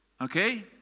Okay